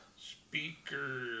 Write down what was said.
Speaker